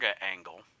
angle